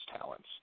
talents